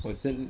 我现